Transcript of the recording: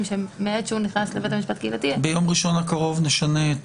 שמעת שהוא נכנס לבית המשפט הקהילתי --- ביום ראשון קרוב נשנה את